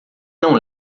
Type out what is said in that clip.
não